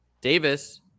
Davis